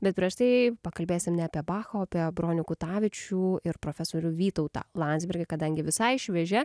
bet prieš tai pakalbėsim ne apie bachą o apie bronių kutavičių ir profesorių vytautą landsbergį kadangi visai šviežia